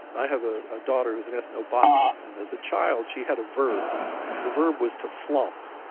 i have ah a daughter who's an ethnobotanist, and as a child she had a verb and the verb was to flomp.